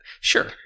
Sure